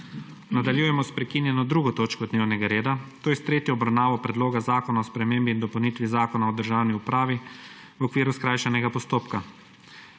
**Nadaljujemo s prekinjeno 2. točko dnevnega reda – tretja obravnava Predloga zakona o spremembi in dopolnitvi Zakona o državni upravi v okviru skrajšanega postopka.**